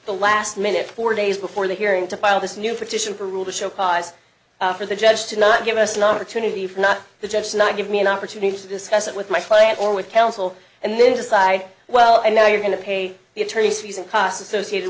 the last minute four days before the hearing to file this new position for rule to show cause for the judge to not give us an opportunity for not just not give me an opportunity to discuss it with my client or with counsel and then decide well i know you're going to pay the attorneys fees and costs associated